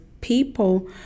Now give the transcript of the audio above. people